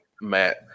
Matt